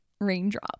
raindrop